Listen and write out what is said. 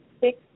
six